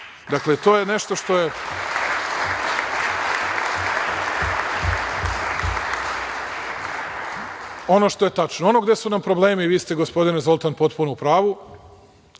više. Dakle, to je nešto što je tačno. Ono gde su nam problemi i vi ste, gospodine Zoltan, potpuno u pravu,